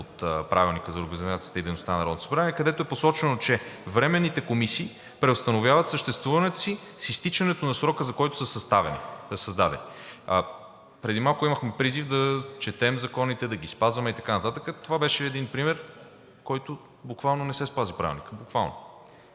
и дейността на Народното събрание, където е посочено, че временните комисии преустановяват съществуването си с изтичането на срока, за който са създадени. Преди малко имахме призив да четем законите, да ги спазваме и така нататък. Това беше един пример, когато буквално не се спази Правилникът, буквално.